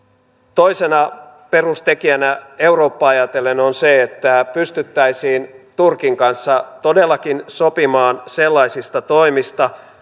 toisena perustekijänä eurooppaa ajatellen on se että pystyttäisiin turkin kanssa todellakin sopimaan sellaisista toimista